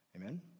Amen